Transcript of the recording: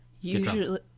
usually